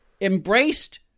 embraced